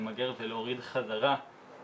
שעוזרות לנוער בסיכון שהראו עלייה חדה בהתנהגויות בסיכון,